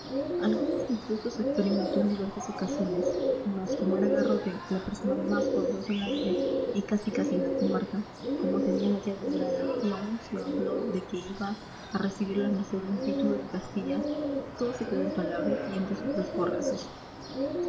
algunos disgustos experimentó en diversas ocasiones mas como era garrote la persona más poderosa en la villa y casi casi en la comarca como tenía la llave dorada y aun se habló de que iba a recibir la merced de un título de castilla todo se quedó en palabras y en dos